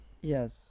Yes